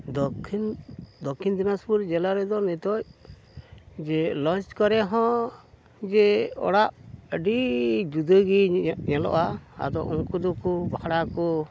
ᱫᱚᱠᱠᱷᱤᱱ ᱫᱚᱠᱠᱷᱤᱱ ᱫᱤᱱᱟᱡᱽᱯᱩᱨ ᱡᱮᱞᱟ ᱨᱮᱫᱚ ᱱᱤᱛᱚᱜ ᱡᱮ ᱞᱚᱡᱽ ᱠᱚᱨᱮ ᱦᱚᱸ ᱡᱮ ᱚᱲᱟᱜ ᱟᱹᱰᱤ ᱡᱩᱫᱟᱹ ᱜᱮ ᱧᱮᱞᱚᱜᱼᱟ ᱟᱫᱚ ᱩᱱᱠᱩ ᱫᱚᱠᱚ ᱵᱷᱟᱲᱟ ᱠᱚ